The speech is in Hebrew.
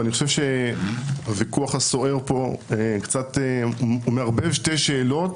ואני חושב שהוויכוח הסוער פה קצת מערבב שתי שאלות,